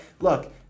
look